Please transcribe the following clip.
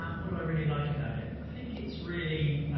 um what do i really like about it? i think it's really,